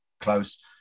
close